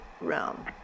realm